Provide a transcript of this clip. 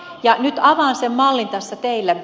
nyt avaan sen mallin teille